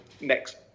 next